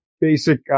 basic